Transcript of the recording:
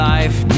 life